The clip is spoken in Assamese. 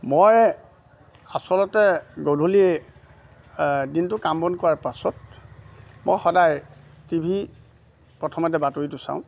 মই আচলতে গধূলি দিনটো কাম বন কৰাৰ পাছত মই সদায় টিভিত প্ৰথমতে বাতৰিটো চাওঁ